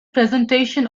presentation